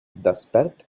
despert